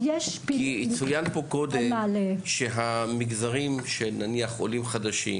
צוין פה קודם שהמגזרים של נניח עולים חדשים